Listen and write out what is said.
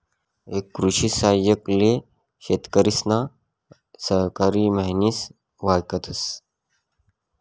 एक कृषि सहाय्यक ले शेतकरिसना सहकारी म्हनिस वयकतस